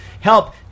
Help